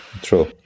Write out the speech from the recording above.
True